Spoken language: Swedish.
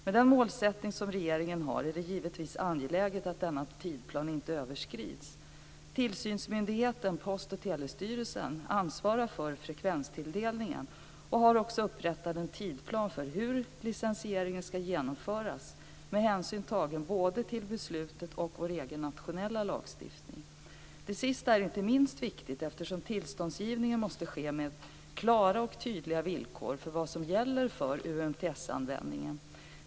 Med den målsättning som regeringen har är det givetvis angeläget att denna tidplan inte överskrids. Tillsynsmyndigheten, Post och telestyrelsen, ansvarar för frekvenstilldelningen och har också upprättat en tidplan för hur licensieringen ska genomföras med hänsyn tagen till både beslutet och vår egen nationella lagstiftning. Det sista är inte minst viktigt eftersom tillståndsgivningen måste ske med klara och tydliga villkor för vad som gäller för UMTS-användningen.